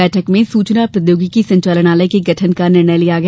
बैठक में सूचना प्रौद्योगिकी संचालनालय के गठन का निर्णय लिया गया